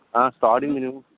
starting minimum